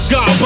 God